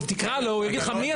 תקרא לו, הוא יגיד לך מי אתה?